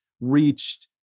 reached